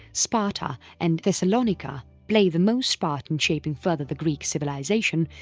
sparta and thessalonica played the most part in shaping further the greek civilisation,